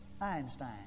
Einstein